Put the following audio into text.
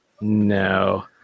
No